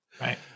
Right